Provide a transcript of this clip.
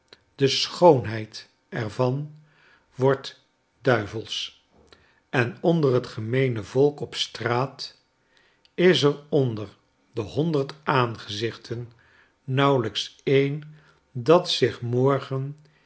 de schoonheid er van wordt duivelsch en onder het gemeene volk op straat is er onder de honderd aangezichten nauwelijks een dat zich morgen